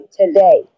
today